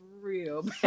real